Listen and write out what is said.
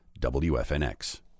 WFNX